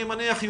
אני מניח,